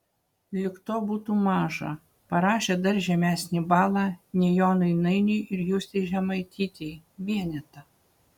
lyg to būtų maža parašė dar žemesnį balą nei jonui nainiui ir justei žemaitytei vienetą